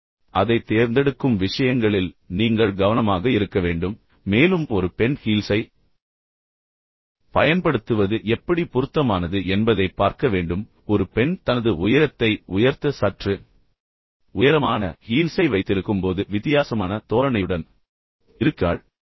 எனவே அதை தேர்ந்தெடுக்கும் விஷயங்களில் நீங்கள் கவனமாக இருக்க வேண்டும் மேலும் ஒரு பெண் குதிகால் பயன்படுத்துவது எப்படி பொருத்தமானது என்பதைப் பார்க்க வேண்டும் ஒரு பெண் தனது உயரத்தை உயர்த்த சற்று உயரமான குதிகால் வைத்திருக்கும் போது அவள் வித்தியாசமான தோரணையுடன் இருக்கிறாள்